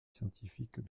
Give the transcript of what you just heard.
scientifique